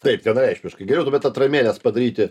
taip vienareikšmiškai geriau tuomet atramėles padaryti